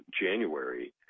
January